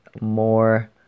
more